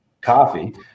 coffee